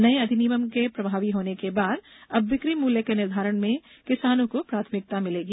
नये अधिनियम के प्रभावी होने के बाद अब बिक्री मूल्य के निर्धारण में किसानों को प्राथमिकता मिलेगी